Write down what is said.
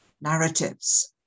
narratives